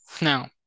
Now